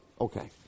Okay